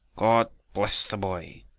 god bless the boy!